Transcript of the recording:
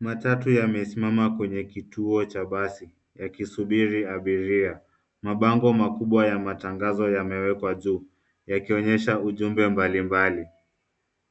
Matatu yamesimama kwenye kituo cha basi yakisubiri abiria. Mabango makubwa ya matangazo yamewekwa juu yakionyesha ujumbe mbalimbali.